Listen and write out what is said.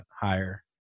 higher